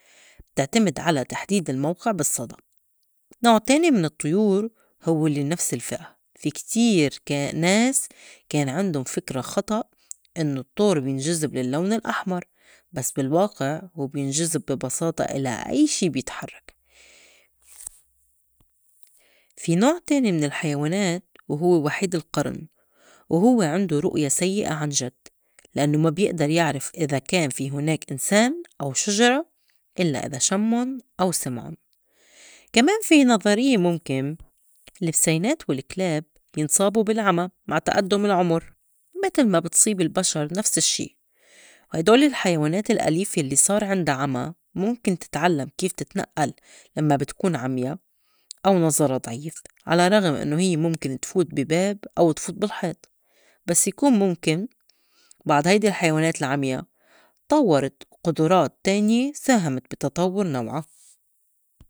بتعتمد على تحديد الموقع بالصّدى. نوع تاني من الطيور هوّ الّي من نفس الفِئة في كتير كا ناس كان عِندُن فكرة خطأ إنّو الطّور بينجذب للّون الأحمر بس بالواقع هوّ بينجذب بي بساطة إلى أي شي بيتحرّك. في نوع تاني من الحيوانات وهوّ وحيد القرِن وهوّ عِندو رؤية سيّئة عنجد لإنّو ما بيأدر يعرف إذا كان في هُناك إنسان أو شجرة إلّا إذا شمُّن أو سِمعُن. كمان في نظريّة مُمكن البسينات و الكلاب بينصابو بالعمى مع تأدُّم العُمُر متل ما بتصيب البشر نفس الشّي وهيدول الحيوانات الأليفة الّي صار عندا عمى مُمكن تتعلّم كيف تتنأّل لمّا بتكون عميا أو نظرا ضعيف على الرّغم إنّو هيّ مُمكن تفوت بي باب أو تفوت بالحيط بس يكون مُمكن بعض هيدي الحيوانات العميا طوّرت قدُرات تانية ساهمت بي تطوّر نوعا.